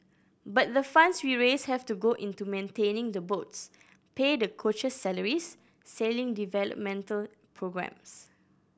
but the funds we raise have to go into maintaining the boats pay the coaches salaries sailing developmental programmes